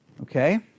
Okay